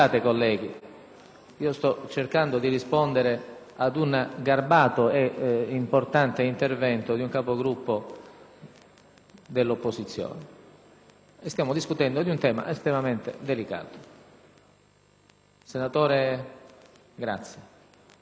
sto cercando di rispondere ad un garbato e importante intervento di un Capogruppo dell'opposizione e stiamo discutendo di un tema estremamente delicato. Presidente